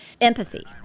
Empathy